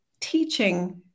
teaching